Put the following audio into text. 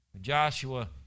Joshua